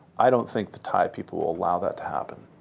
i don't think the thai people will allow that to happen.